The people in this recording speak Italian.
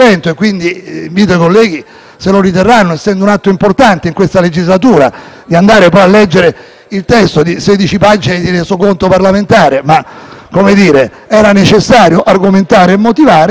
il testo di 16 pagine di atto parlamentare (era necessario argomentare e motivare). Noi dobbiamo quindi trovare queste motivazioni per cui la Giunta ha ritenuto ci fossero